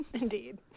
Indeed